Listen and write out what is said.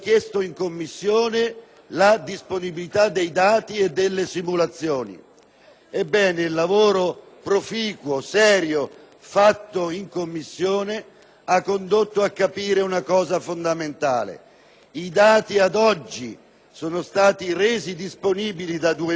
Ebbene, il lavoro proficuo e serio svolto in Commissione ha condotto a capire una cosa fondamentale: ad oggi i dati sono stati resi disponibili da due mesi ai membri della Commissione - e quindi a quest'Aula del Senato